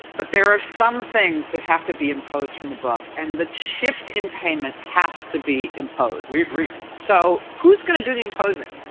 but there are some things that have to be imposed from above. and the shift in payment has to be imposed. we agree. so who's going to do the imposing?